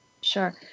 sure